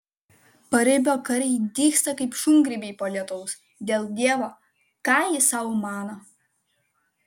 paribio kariai dygsta kaip šungrybiai po lietaus dėl dievo ką jis sau mano